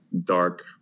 dark